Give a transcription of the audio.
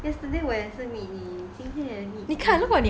yesterday 我也是 meet 你今天也是 meet 你